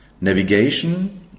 navigation